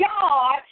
God